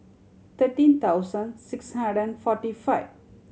thirteen thousand six hundred and forty five